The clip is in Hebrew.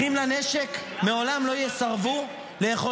חברתי יסמין סאקס